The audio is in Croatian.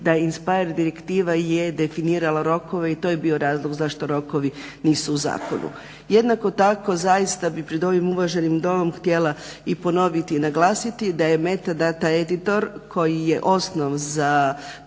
da je INSPIRE direktiva je definirala rokove i to je bio razlog zašto rokovi nisu u zakonu. Jednako tako zaista bih pred ovim uvaženim domom htjela i ponoviti i naglasiti da je metadata editor koji je osnov za